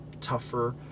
tougher